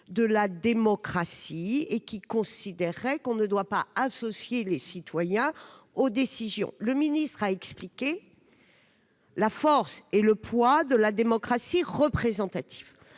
de la démocratie ou considéreraient qu'on ne doit pas associer les citoyens aux décisions. M. le ministre a expliqué quels étaient la force et le poids de la démocratie représentative.